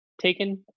taken